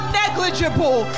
negligible